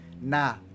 Nah